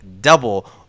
double